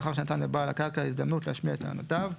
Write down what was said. לאחר שנתן לבעל הקרקע הזדמנות להשמיע את טענותיו,